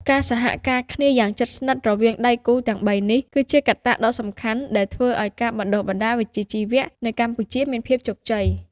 ការសហការគ្នាយ៉ាងជិតស្និទ្ធរវាងដៃគូទាំងបីនេះ គឺជាកត្តាដ៏សំខាន់ដែលធ្វើឱ្យការបណ្តុះបណ្តាលវិជ្ជាជីវៈនៅកម្ពុជាមានភាពជោគជ័យ។